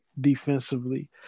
defensively